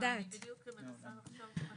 מתי הייתה הפעם האחרונה שקיבלנו דיווח כזה?